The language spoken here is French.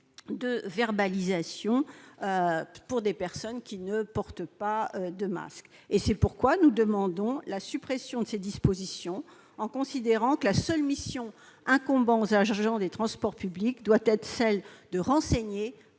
de verbalisation des personnes qui ne porteraient pas de masque. Nous demandons donc la suppression de ces dispositions, en considérant que la seule mission incombant aux agents des transports publics doit être de renseigner,